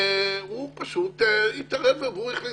הוא פשוט התערב והוא החליט.